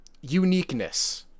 uniqueness